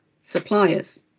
suppliers